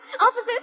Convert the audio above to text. Officers